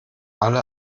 alle